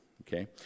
Okay